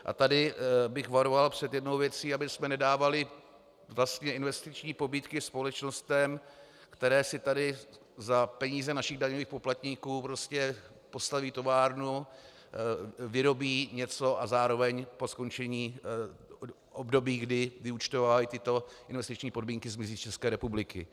A tady bych varoval před jednou věcí abychom nedávali investiční pobídky společnostem, které si tady za peníze našich daňových poplatníků postaví továrnu, vyrobí něco a zároveň po skončení období, kdy vyúčtovávají tyto investiční podmínky, zmizí z České republiky.